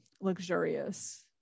luxurious